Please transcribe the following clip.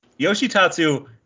Yoshitatsu